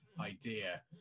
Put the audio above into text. idea